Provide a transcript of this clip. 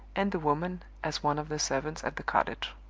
and the woman as one of the servants at the cottage.